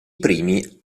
primi